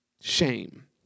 shame